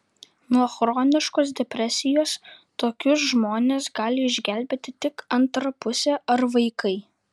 nuo chroniškos depresijos tokius žmones gali išgelbėti tik antra pusė ar vaikai